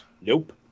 Nope